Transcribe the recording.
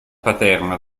paterna